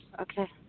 okay